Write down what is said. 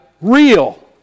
real